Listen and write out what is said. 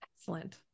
Excellent